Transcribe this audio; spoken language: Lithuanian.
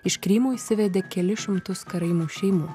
iš krymo išsivedė kelis šimtus karaimų šeimų